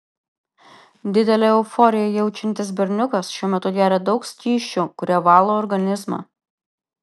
didelę euforiją jaučiantis berniukas šiuo metu geria daug skysčių kurie valo organizmą